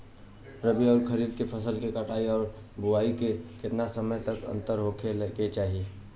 रबी आउर खरीफ फसल के कटाई और बोआई मे केतना टाइम के अंतर होखे के चाही?